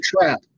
trap